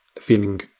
feeling